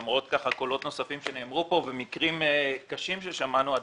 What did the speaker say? למרות קולות נוספים שנאמרו כאן ומקרים קשים ששמענו,